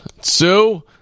Sue